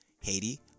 Haiti